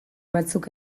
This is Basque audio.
batzuk